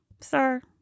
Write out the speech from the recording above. Sir